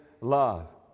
love